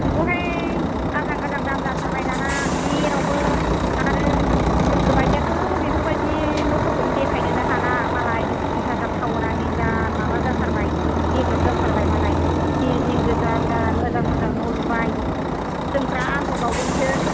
नंगौहाय आजां गाजां दाम जाथारबाय दाना जेरावबो आरो जोंफोर बायदियाथ' बेफोरबायदि न'फोरखौनो देखायनोनो हाला मालाय क'क्राझार टाउन आ देन्जार माबा जाथारबाय देभल'प जाथारबाय मालाय बिल्दिं गोजा बिरात मोजां मोजां न' लुबाय जोंफोरा आन्दायबावगोनसो